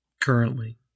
currently